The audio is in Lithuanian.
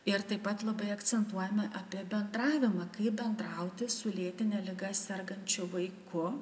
ir taip pat labai akcentuojame apie bendravimą kaip bendrauti su lėtine liga sergančiu vaiku